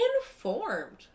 informed